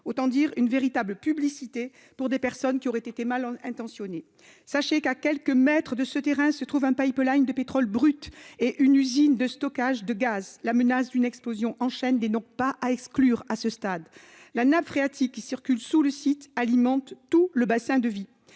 autant dire une véritable publicité pour des personnes mal intentionnées ! Il faut savoir qu'à quelques mètres de ce terrain se trouvent un pipeline de pétrole brut et une usine de stockage de gaz. À ce stade, la menace d'une explosion en chaîne n'est donc pas à exclure. La nappe phréatique qui circule sous le site alimente tout le bassin de vie.